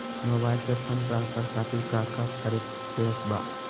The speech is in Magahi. मोबाइल से फंड ट्रांसफर खातिर काका करे के बा?